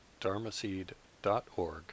dharmaseed.org